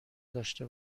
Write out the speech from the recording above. داشته